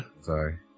Sorry